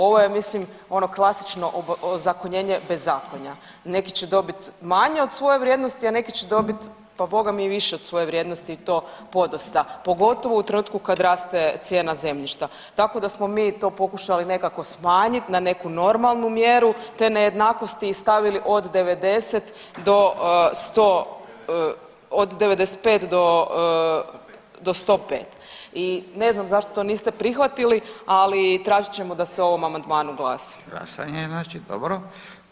Ovo je ja mislim ono klasično ozakonjenje bez zakonja, neki će dobit manje od svoje vrijednosti, a neki će dobit pa Boga mi i više od svoje vrijednosti i to podosta, pogotovo u trenutku kad raste cijena zemljišta, tako da smo mi to pokušali nekako smanjit na nekakvu normalnu mjeru te nejednakosti i stavili od 90 do 100, od 95 do 105 i ne znam zašto to niste prihvatili, ali tražit ćemo da se o ovom amandmanu glasa.